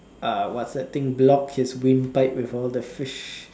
uh what's that thing block his windpipe with all the fish